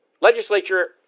legislature